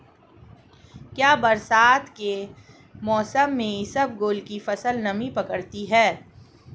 क्या बरसात के मौसम में इसबगोल की फसल नमी पकड़ती है?